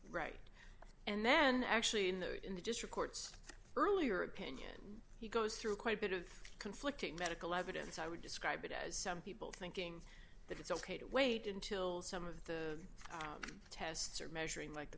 right and then actually in the in the just reports earlier opinion he goes through quite a bit of conflicting medical evidence i would describe it as some people thinking that it's ok to wait until some of the tests are measuring like the